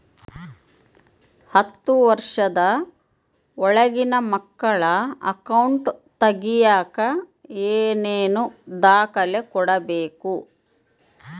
ಹತ್ತುವಷ೯ದ ಒಳಗಿನ ಮಕ್ಕಳ ಅಕೌಂಟ್ ತಗಿಯಾಕ ಏನೇನು ದಾಖಲೆ ಕೊಡಬೇಕು?